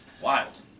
Wild